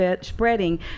spreading